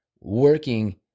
working